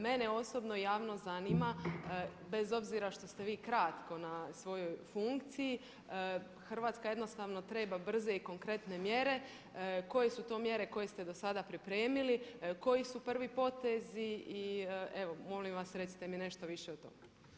Mene osobno i javno zanima bez obzira što ste vi kratko na svojoj funkciji Hrvatska jednostavno treba brze i konkretne mjere, koje su to mjere koje ste dosada pripremili, koji su prvi potezi i evo molim vas recite mi nešto više o tome.